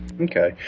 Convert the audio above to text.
Okay